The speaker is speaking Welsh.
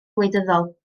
gwleidyddol